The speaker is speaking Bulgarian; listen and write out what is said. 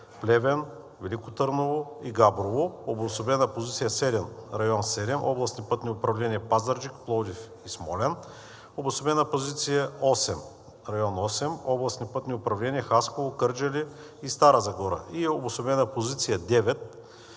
Плевен, Велико Търново и Габрово. Обособена позиция № 7 – Район 7: областни пътни управления Пазарджик, Пловдив и Смолян. Обособена позиция № 8 – Район 8: областни пътни управления Хасково, Кърджали и Стара Загора. Обособена позиция №